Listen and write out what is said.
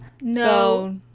No